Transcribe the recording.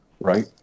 Right